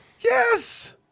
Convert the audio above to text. yes